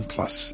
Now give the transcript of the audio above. Plus